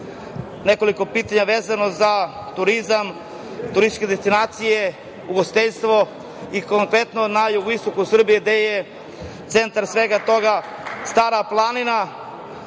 nekoliko pitanja vezano za turizam, turističke destinacije, ugostiteljstvo, konkretno, na jugoistoku Srbije gde je centar svega toga Stara planina,